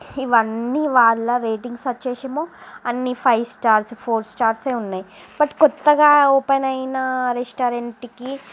ఇవ్వన్ని వాళ్ళ రేటింగ్స్ వచ్చేసి ఎమో అన్నీ ఫైవ్ స్టార్స్ ఫోర్ స్టార్సే ఉన్నాయి బట్ కొత్తగా ఓపెన్ అయిన రెస్టారెంట్కి